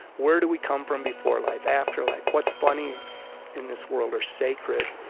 where do we come from before life, after life? what's funny in this world, or sacred?